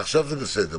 עכשיו זה בסדר.